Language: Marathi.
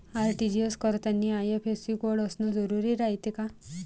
आर.टी.जी.एस करतांनी आय.एफ.एस.सी कोड असन जरुरी रायते का?